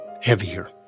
heavier